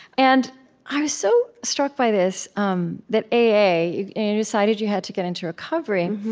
and i was so struck by this um that a a. you decided you had to get into recovery.